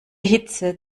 hitze